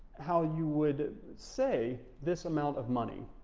how you would say this amount of money,